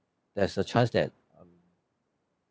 there's a chance that